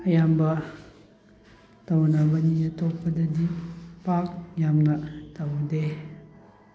ꯑꯌꯥꯝꯕ ꯇꯧꯅꯕꯅꯤ ꯑꯇꯣꯞꯄꯗꯗꯤ ꯄꯥꯛ ꯌꯥꯝꯅ ꯇꯧꯅꯗꯦ